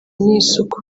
n’isuku